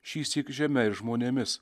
šįsyk žeme ir žmonėmis